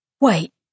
Wait